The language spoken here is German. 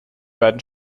beiden